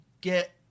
get